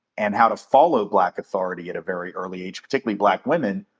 and how to follow black authority at a very early age, particularly black women.